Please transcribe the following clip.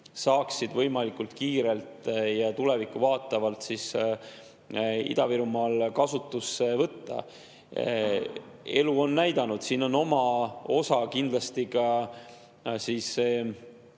saaks võimalikult kiirelt ja tulevikku vaatavalt Ida-Virumaal kasutusse võtta. Elu on näidanud, et siin on oma osa kindlasti ka eelmisel